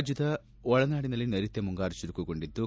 ರಾಜ್ಞದ ಒಳನಾಡಿನಲ್ಲಿ ನೈರುತ್ತ ಮುಂಗಾರು ಚುರುಕುಗೊಂಡಿದ್ಲು